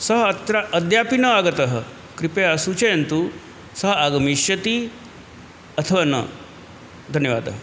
सः अत्र अद्यापि न आगतः कृपया सूचयन्तु सः आगमिष्यति अथवा न धन्यवादः